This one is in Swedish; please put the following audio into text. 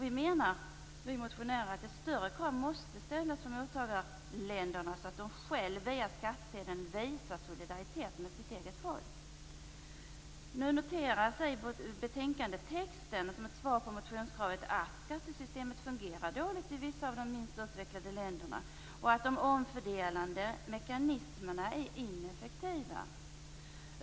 Vi motionärer menar att större krav måste ställas på mottagarländerna så att de själva via skattsedeln visar solidaritet med sitt eget folk. I betänkandetexten noteras, som ett svar på motionskravet, att skattesystemet fungerar dåligt i vissa av de minst utvecklade länderna och att de omfördelande mekanismerna är ineffektiva.